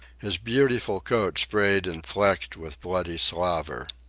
his beautiful coat sprayed and flecked with bloody slaver.